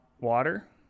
water